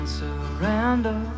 surrender